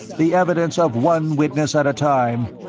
the evidence of one witness at a time.